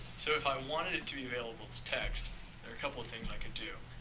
so, if i wanted it to be available as text there are a couple of things i can do.